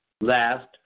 Last